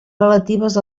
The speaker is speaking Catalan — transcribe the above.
relatives